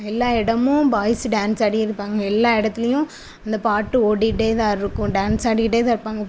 எல்லா இடமும் boys dance ஆடி இருப்பாங்க எல்லா இடத்துலையும் இந்த பாட்டு ஓடிகிட்டே தான் இருக்கும் டான்ஸ் ஆடிக்கிட்டே தான் இருப்பாங்க